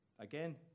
Again